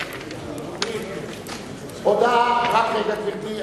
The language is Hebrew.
רק רגע, גברתי,